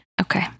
Okay